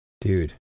dude